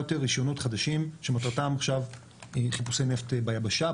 יותר רישיונות חדשים שמטרתם עכשיו חיפושי נפט ביבשה.